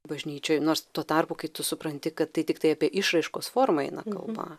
bažnyčioj nors tuo tarpu kai tu supranti kad tai tiktai apie išraiškos formą eina kalba